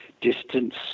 distance